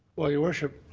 well, your worship,